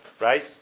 right